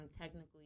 technically